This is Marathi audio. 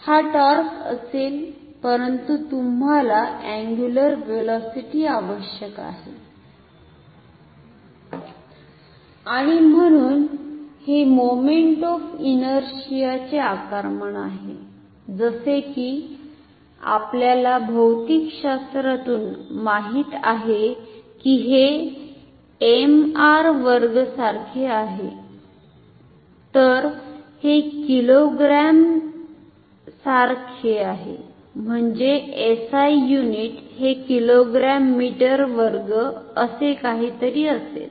हा टॉर्क असेल परंतु तुम्हाला अंगुलर व्हेलॉसिटी आवश्यक आहे आणि म्हणून हे मोमेंट ऑफ इनरशिआ चे आकारमान आहे जसे की आपल्याला भौतिकशास्त्रातून माहित आहे की हे mr2 सारखे आहे तर हे किलोग्रॅमसारखे आहे म्हणजे SI युनिट हे किलोग्राम मीटर वर्ग असे काहीतरी असेल